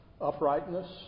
uprightness